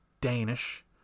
danish